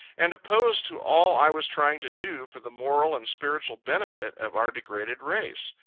and opposed to all i was trying to do for the moral and spiritual benefit of our degraded race.